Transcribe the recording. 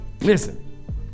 listen